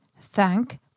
thank